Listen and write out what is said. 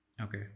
Okay